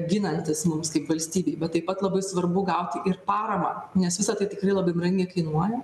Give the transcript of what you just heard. ginantis mums kaip valstybei bet taip pat labai svarbu gauti ir paramą nes visa tai tikrai labai brangiai kainuoja